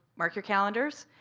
mark your calendars.